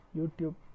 youtube